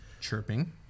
Chirping